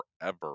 forever